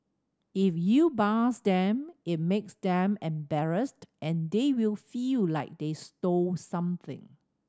if you buzz them it makes them embarrassed and they will feel like they stole something